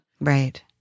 right